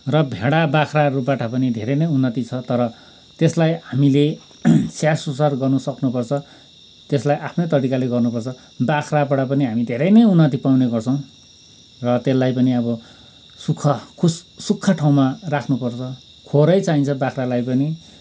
र भेडाबाख्राहरूबाट पनि धेरै नै उन्नति छ तर त्यसलाई हामीले स्याहार सुसार गर्न सक्नुपर्छ त्यसलाई आफ्नै तरिकाले गर्नुपर्छ बाख्राबाट पनि हामी धेरै नै उन्नति पाउने गर्छौँ र त्यसलाई पनि अब सुक्खा खुस सुक्खा ठाउँमा राख्नुपर्छ खोरै चाहिन्छ बाख्रालाई पनि